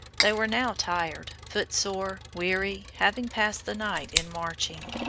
they were now tired, footsore, weary, having passed the night in marching.